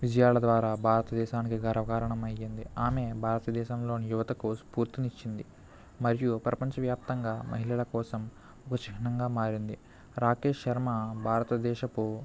విజయాల ద్వారా భారతదేశానికి గర్వకారణమయ్యింది ఆమె భారతదేశంలోని యువతకు స్ఫూర్తినిచ్చింది మరియు ప్రపంచవ్యాప్తంగా మహిళల కోసం ఓ చిహ్నంగా మారింది రాకేష్ శర్మ భారతదేశపు